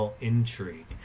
Intrigue